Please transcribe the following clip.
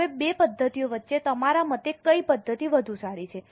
હવે બે પદ્ધતિઓ વચ્ચે તમારા મતે કઈ પદ્ધતિ વધુ સારી છે